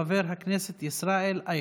אם זה רב רפורמי, זה כבר משהו אחר.